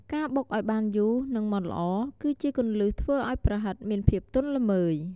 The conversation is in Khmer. ការបុកឱ្យបានយូរ និងម៉ត់ល្អ គឺជាគន្លឹះធ្វើឱ្យប្រហិតមានភាពទន់ល្មើយ។